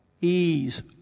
ease